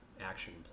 action